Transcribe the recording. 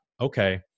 okay